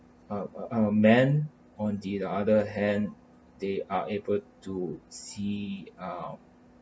uh uh uh men on the the other hand they are able to see ah